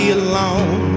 alone